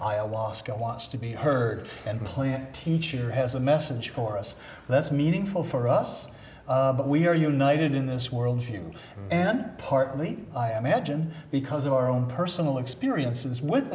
while last i was to be heard and plant teacher has a message for us that's meaningful for us but we are united in this world view and partly i imagine because of our own personal experiences with